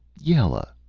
yella,